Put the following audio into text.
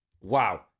Wow